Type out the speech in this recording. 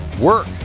work